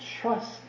trust